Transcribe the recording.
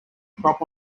crop